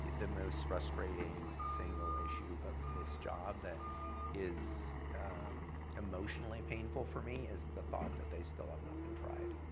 the most frustrating single issue of this job that is emotionally painful for me is the thought that they still have not been tried.